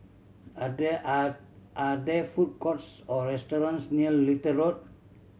are there are are there food courts or restaurants near Little Road